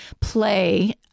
play